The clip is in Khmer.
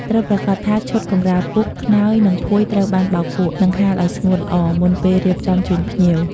ត្រូវប្រាកដថាឈុតកម្រាលពូក ខ្នើយ និងភួយត្រូវបានបោកគក់ និងហាលឲ្យស្ងួតល្អ មុនពេលរៀបចំជូនភ្ញៀវ។